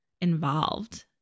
involved